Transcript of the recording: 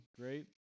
Great